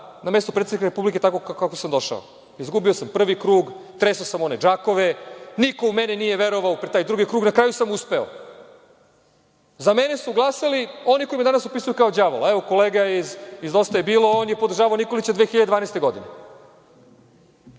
na mesto predsednika Republike tako kako sam došao, izgubio sam prvi krug, tresao sam one džakove, niko u mene nije verovao, u taj drugi krug, na kraju sam uspeo. Za mene su glasali oni koji me danas opisuju kao đavola. Evo, kolega iz DJB je podržavao Nikolića 2012. godine.